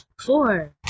Four